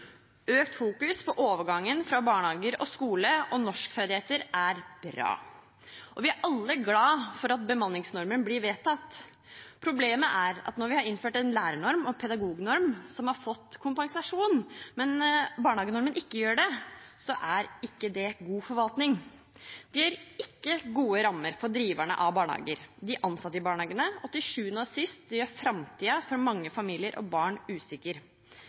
økt grad fokuseres på overgangen fra barnehage til skole og på norskferdigheter, er bra. Vi er alle glade for at bemanningsnormen blir vedtatt. Problemet er at når vi har innført en lærernorm og pedagognorm som har fått kompensasjon, men barnehagenormen ikke gjør det, er ikke det god forvaltning. Det gir ikke gode rammer for driverne av barnehager og de ansatte i barnehagene, og til sjuende og sist gjør det framtiden for mange familier og barn usikker.